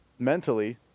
mentally